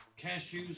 cashews